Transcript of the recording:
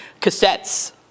cassettes